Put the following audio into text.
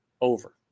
over